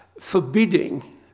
forbidding